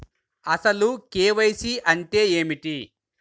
అసలు కే.వై.సి అంటే ఏమిటి?